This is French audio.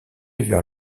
vers